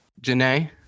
Janae